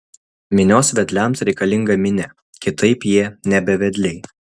minios vedliams reikalinga minia kitaip jie nebe vedliai